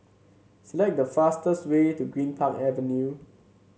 select the fastest way to Greenpark Avenue